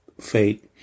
faith